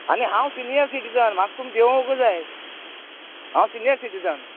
आनी हांव senior citizen म्हाका तुमी देवोंकूच जाय हांव सिनियर सिटीजन